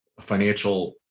financial